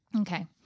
Okay